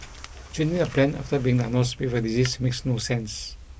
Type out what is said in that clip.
changing a plan after being diagnosed with a disease makes no sense